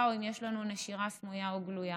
או אם יש לנו נשירה סמויה או גלויה.